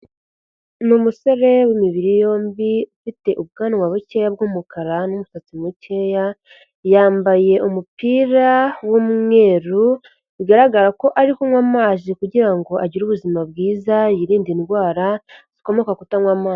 Ni umusore w'imibiri yombi ufite ubwanwa bukeya bw'umukara n'umusatsi mukeya, yambaye umupira w'umweru, bigaragara ko ari kunywa amazi kugira ngo agire ubuzima bwiza, yirinde indwara zikomoka kutanywa amazi.